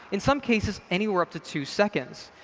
in some cases, anywhere up to two seconds.